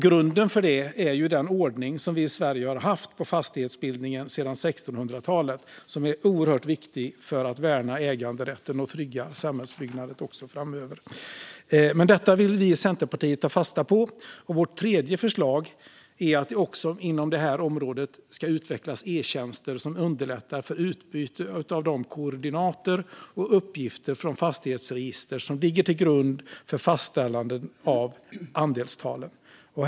Grunden för det är den ordning som vi i Sverige har haft på fastighetsbildningen sedan 1600-talet och som är oerhört viktig för att värna äganderätten och trygga samhällsbyggnaden också framöver. Detta vill vi i Centerpartiet ta fasta på, och vårt tredje förslag är att det också inom det här området ska utvecklas e-tjänster som underlättar för utbyte av de koordinater och uppgifter från fastighetsregister som ligger till grund för fastställande av andelstalen.